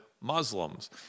Muslims